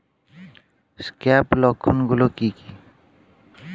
Scab লক্ষণ গুলো কি কি?